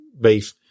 beef